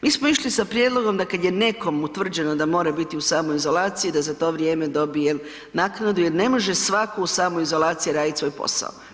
Mi smo išli sa prijedlogom da kad je nekom utvrđeno da mora biti u samoizolaciji da za to vrijeme dobije naknadu jer ne može svako u samoizolaciji radit svoj posao.